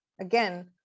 again